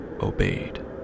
obeyed